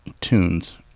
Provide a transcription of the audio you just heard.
tunes